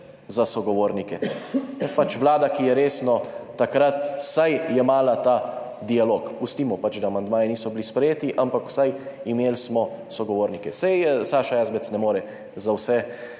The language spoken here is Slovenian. za sogovornike. To je pač vlada, ki je resno takrat jemala vsaj dialog. Pustimo pač, da amandmaji niso bili sprejeti, ampak vsaj imeli smo sogovornike. Saj Saša Jazbec ne more za vse